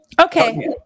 Okay